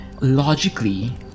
Logically